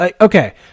Okay